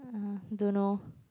uh don't know